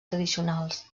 tradicionals